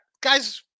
Guys –